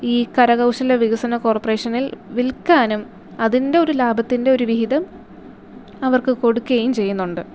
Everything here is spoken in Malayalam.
ഈ കരകൗശല വികസന കോർപ്പറേഷനിൽ വിൽക്കാനും അതിൻ്റെ ഒരു ലാഭത്തിൻ്റെ ഒരു വിഹിതം അവർക്ക് കൊടുക്കുകയും ചെയ്യുന്നുണ്ട്